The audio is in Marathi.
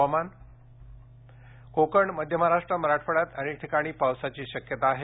हुवामान कोकण मध्य महाराष्ट्र मराठवाड्यात अनेक ठिकाणी पावसाची शक्यता आहे